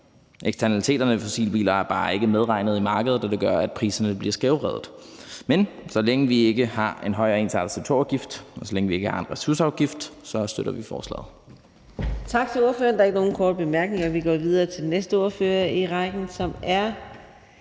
Eksternaliteterne ved fossilbiler er bare ikke medregnet i markedet, og det gør, at priserne bliver skævvredet. Men så længe vi ikke har en høj og ensartet CO2-afgift, og så længe vi ikke har en ressourceafgift, støtter vi forslaget.